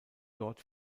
dort